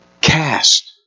cast